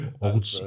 old